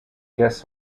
guests